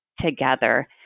together